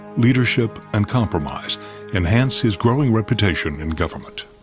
leadership and compromise enhance his growing reputation in government.